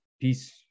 Peace